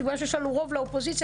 שבגלל שיש לנו רוב לאופוזיציה,